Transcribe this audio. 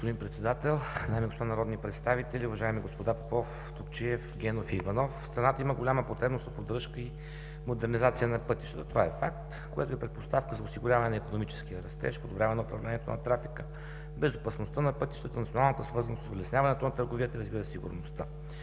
Уважаеми господин Председател, дами и господа народни представители, уважаеми господа Попов, Топчиев, Генов и Иванов! В страната има голяма потребност от поддръжка и модернизация на пътищата. Това е факт, което е предпоставка за осигуряване на икономическия растеж, подобряване на управлението на трафика, безопасността на пътищата, националната свързаност и улесняването на търговията, разбира се, сигурността.